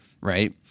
right